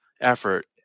effort